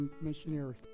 missionaries